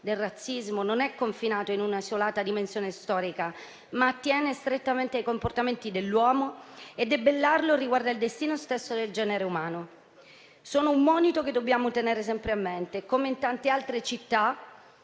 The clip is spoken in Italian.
del razzismo non è confinato in una isolata dimensione storica, ma attiene strettamente ai comportamenti dell'uomo e debellarlo riguarda il destino stesso del genere umano. Sono un monito che dobbiamo tenere sempre a mente. Come in tante altre città,